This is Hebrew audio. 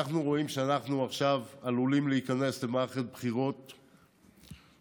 אנחנו רואים שאנחנו עכשיו עלולים להיכנס למערכת בחירות שתעלה,